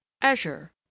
azure